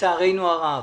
לצערנו הרב.